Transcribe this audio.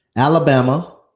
Alabama